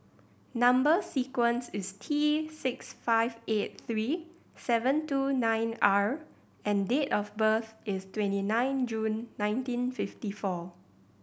number sequence is T six five eight three seven two nine R and date of birth is twenty nine June nineteen fifty four